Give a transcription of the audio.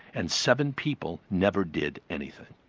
and seven people never did anything.